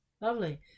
Lovely